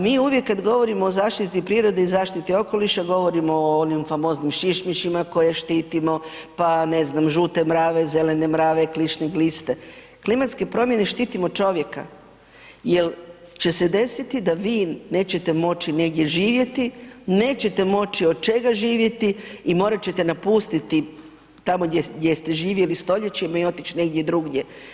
Mi uvijek kad govorimo o zaštiti prirode i zaštiti okoliša govorimo o onim famoznim šišmišma koje štitimo, pa ne znam žute mrave, zelene mrave, kišne gliste, klimatske promjene štitimo čovjeka jer će se desiti da vi neće moći negdje živjeti, nećete moći od čega živjeti i morat ćete napustiti takom gdje ste živjeli stoljećima i otići negdje drugdje.